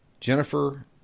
Jennifer